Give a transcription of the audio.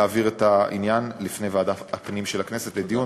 להעביר את העניין לוועדת הפנים של הכנסת לדיון